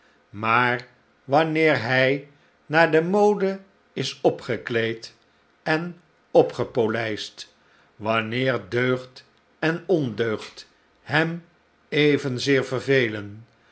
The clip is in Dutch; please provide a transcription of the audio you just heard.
maar wanneer hij naar de mode is opgekleed en opgepolijst wanneer deugd en ondeugd hem evenzeer vervelen